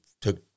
took